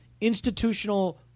institutional